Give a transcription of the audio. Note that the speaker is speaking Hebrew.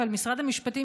אבל משרד המשפטים,